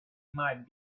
might